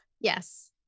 Yes